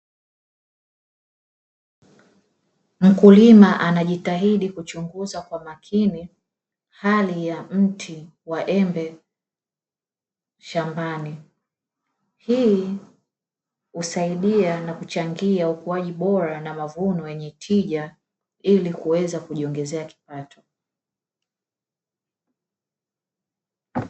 Mkulima anajitahidi kuchunguza kwa makini hali ya mti wa embe shambani. Hii husaidia na kuchangia ukuaji bora na mavuno yenye tija ili kuweza kujiongezea kipato.